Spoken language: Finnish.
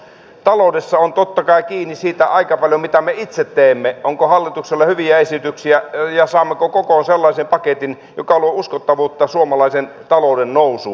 taloudessa on totta kai kiinni aika paljon siitä mitä me itse teemme onko hallituksella hyviä esityksiä ja saammeko kokoon sellaisen paketin joka luo uskottavuutta suomalaisen talouden nousuun